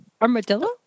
armadillo